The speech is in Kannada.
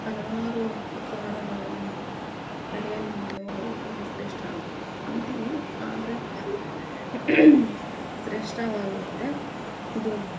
ಹಲವಾರು ಉಪಹಾರಗಳಲ್ಲಿ ಹಳ್ಳಿಯಲ್ಲಿ ಮಾಡುವ ಊಟವೇ ಶ್ರೇಷ್ಠ ಅಂತೀವಿ ಆದರೆ ಶ್ರೇಷ್ಠವಾಗಿರುತ್ತೆ ಇದು